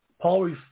Paul